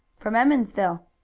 from emmonsville.